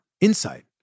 Insight